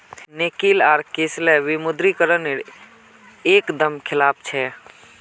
निकिल आर किसलय विमुद्रीकरण नेर एक दम खिलाफ छे